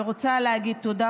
אני רוצה להגיד תודה,